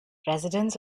residents